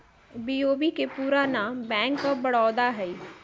BOB के पूरे नाम बैंक ऑफ बड़ौदा हइ